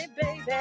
baby